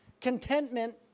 Contentment